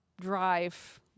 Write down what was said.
drive